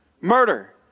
Murder